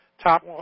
top